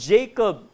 Jacob